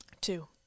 Two